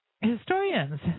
historians